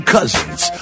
Cousins